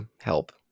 help